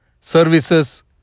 services